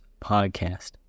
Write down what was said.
Podcast